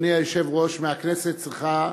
אדוני היושב-ראש, מהכנסת צריכה